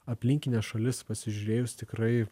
aplinkines šalis pasižiūrėjus tikrai